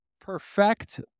Perfect